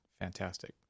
fantastic